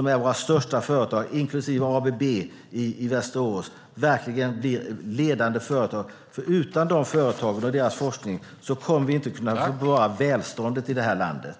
våra största företag, inklusive ABB i Västerås, verkligen blir ledande företag. För utan de företagen och deras forskning kommer vi inte att kunna klara välståndet i det här landet.